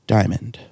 Diamond